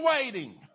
waiting